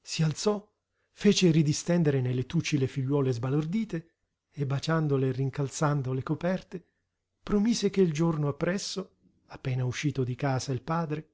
si alzò fece ridistendere nei lettucci le figliuole sbalordite e baciandole e rincalzando le coperte promise che il giorno appresso appena uscito di casa il padre